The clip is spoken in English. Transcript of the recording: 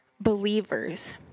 believers